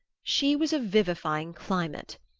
she was a vivifying climate.